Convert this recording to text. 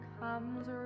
comes